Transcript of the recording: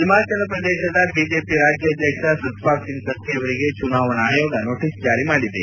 Himachal Pradesh BJP ರಾಜ್ಯಾಧ್ಯಕ್ಷ ಸತ್ವಾಲ್ ಸಿಂಗ್ ಸತ್ತಿ ಅವರಿಗೆ ಚುನಾವಣೆ ಆಯೋಗ ನೋಟಸ್ ಜಾರಿ ಮಾಡಿದೆ